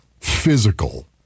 physical